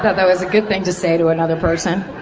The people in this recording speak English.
that was a good thing to say to another person.